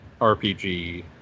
rpg